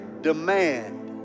demand